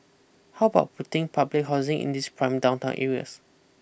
how about putting public housing in these prime downtown areas